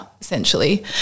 essentially